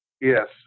Yes